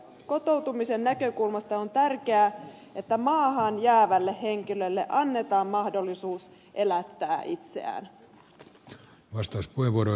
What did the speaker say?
kotoutumisen näkökulmasta on tärkeää että maahan jäävälle henkilölle annetaan mahdollisuus elättää itsensä